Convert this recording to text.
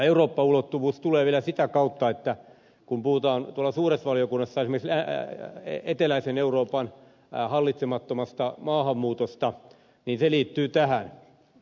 eurooppa ulottuvuus tulee vielä sitä kautta että kun puhutaan tuolla suuressa valiokunnassa esimerkiksi eteläisen euroopan hallitsemattomasta maahanmuutosta niin se liittyy tähän